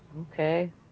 Okay